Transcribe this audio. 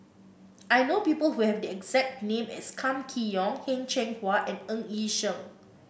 I know people who have the exact name as Kam Kee Yong Heng Cheng Hwa and Ng Yi Sheng